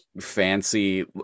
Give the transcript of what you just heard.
fancy